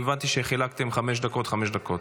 הבנתי שחילקתם חמש דקות וחמש דקות.